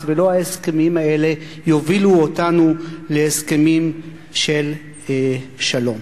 ולא ה"חמאס" ולא ההסכמים האלה יובילו אותנו להסכמים של שלום.